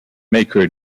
maker